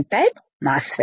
type mass FET